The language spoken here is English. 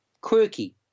quirky